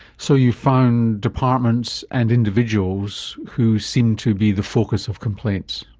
so you found departments and individuals who seem to be the focus of complaints?